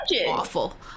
awful